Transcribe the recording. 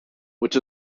which